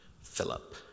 Philip